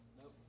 Nope